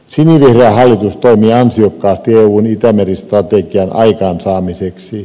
sinivihreä hallitus toimi ansiokkaasti eun itämeri strategian aikaansaamiseksi